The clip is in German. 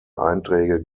einträge